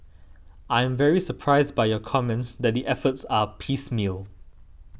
I am very surprised by your comments that the efforts are piecemeal